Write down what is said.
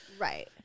Right